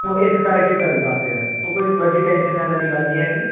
ਉਹ ਇਸ ਕਰਕੇ ਚੱਲਦਾ ਪਿਆ ਉਹ ਕੋਈ ਵੱਡੀ ਟੈਂਸ਼ਨ ਲੈਣ ਵਾਲੀ ਗੱਲ ਨਹੀਂ ਹੈਗੀ